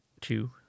two